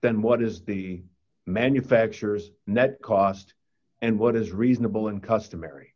than what is the manufacturer's net cost and what is reasonable and customary